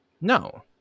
No